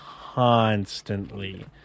constantly